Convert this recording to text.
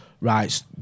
right